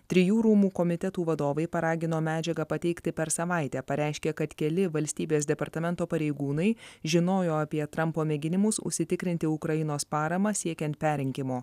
trijų rūmų komitetų vadovai paragino medžiagą pateikti per savaitę pareiškę kad keli valstybės departamento pareigūnai žinojo apie trampo mėginimus užsitikrinti ukrainos paramą siekiant perrinkimo